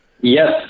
Yes